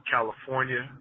California